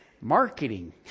marketing